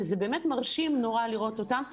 וזה באמת מרשים נורא לראות אותם,